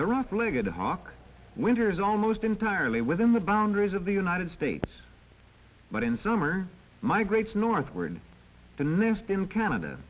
the rough legged hawk winter is almost entirely within the boundaries of the united states but in summer migrates northward the nest in canada